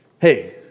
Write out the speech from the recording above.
hey